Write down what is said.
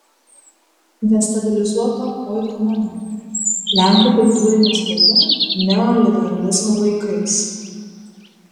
destabilizuota oikumena lenkų kultūrinė spauda neoliberalizmo laikais